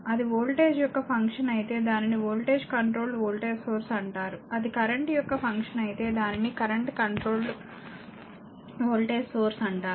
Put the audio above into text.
అది వోల్టేజ్ యొక్క ఫంక్షన్ అయితే దానిని వోల్టేజ్ కంట్రోల్డ్ వోల్టేజ్ సోర్స్ అంటారు అది కరెంట్ యొక్క ఫంక్షన్ అయితే దానిని కరెంట్ కంట్రోల్డ్ వోల్టేజ్ సోర్స్ అంటారు